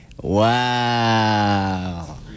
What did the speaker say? Wow